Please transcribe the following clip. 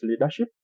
leadership